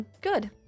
good